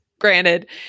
granted